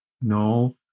no